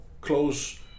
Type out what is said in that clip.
close